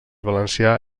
valencià